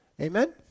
amen